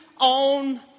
on